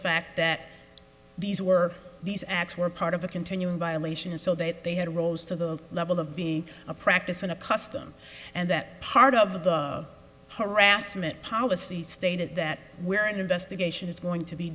fact that these were these acts were part of a continuing violation so that they had roles to the level of being a practice in a custom and that part of the harassment policy stated that where an investigation is going to be